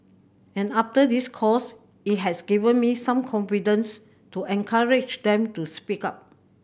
and after this course it has given me some confidence to encourage them to speak up